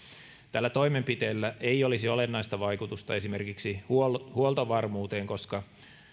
tällä toimenpiteellä ei olisi olennaista vaikutusta esimerkiksi huoltovarmuuteen koska